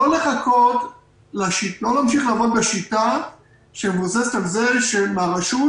לא להמשיך לעבוד בשיטה שמבוססת על זה שמן הרשות